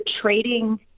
trading –